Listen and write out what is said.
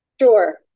Sure